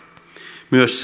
myös